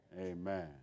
amen